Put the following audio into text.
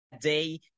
day